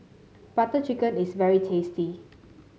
Butter Chicken is very tasty